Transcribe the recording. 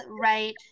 right